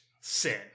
sin